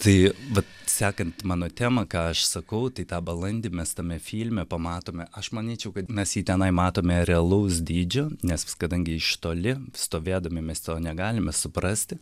tai vat sekant mano temą ką aš sakau tai tą balandį mes tame filme pamatome aš manyčiau kad mes jį tenai matome realaus dydžio nes kadangi iš toli stovėdami mes to negalime suprasti